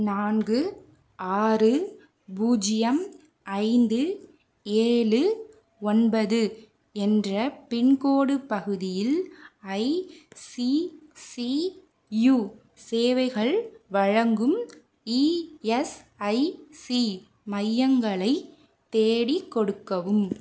நான்கு ஆறு பூஜ்ஜியம் ஐந்து ஏழு ஒன்பது என்ற பின்கோடு பகுதியில் ஐசிசியு சேவைகள் வழங்கும் இஎஸ்ஐசி மையங்களை தேடிக் கொடுக்கவும்